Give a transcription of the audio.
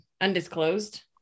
undisclosed